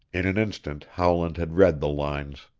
in an instant howland had read the lines.